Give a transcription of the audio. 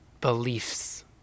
beliefs